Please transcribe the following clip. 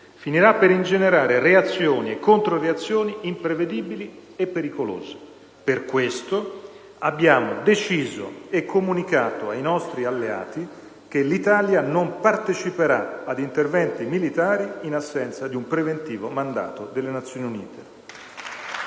finirà per ingenerare reazioni e controreazioni imprevedibili e pericolose. Per questo abbiamo deciso e comunicato ai nostri alleati che l'Italia non parteciperà ad interventi militari in assenza di un preventivo mandato delle Nazioni Unite.